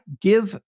give